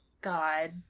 God